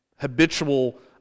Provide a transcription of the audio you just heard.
habitual